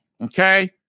Okay